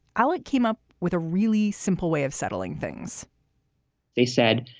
alec came up with a really simple way of settling things they said,